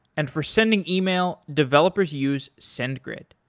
and for sending yeah e-mail, developers use sendgrid.